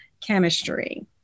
chemistry